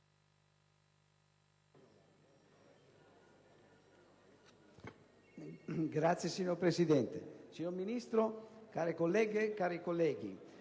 Signor Presidente, signor Ministro, care colleghe e cari colleghi,